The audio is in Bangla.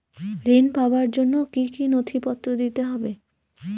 ঋণ পাবার জন্য কি কী নথিপত্র দিতে হবে?